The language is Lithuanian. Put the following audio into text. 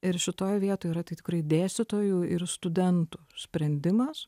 ir šitoj vietoj yra tai tikrai dėstytojų ir studentų sprendimas